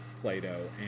Plato